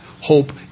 hope